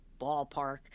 ballpark